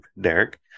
Derek